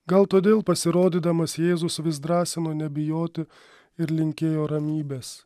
gal todėl pasirodydamas jėzus vis drąsino nebijoti ir linkėjo ramybės